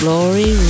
Glory